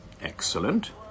Excellent